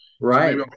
Right